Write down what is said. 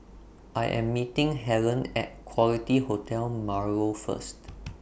I Am meeting Hellen At Quality Hotel Marlow First